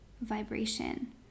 vibration